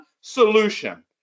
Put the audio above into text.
solution